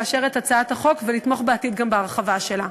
לאשר את הצעת החוק ולתמוך בעתיד גם בהרחבה שלה.